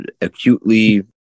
acutely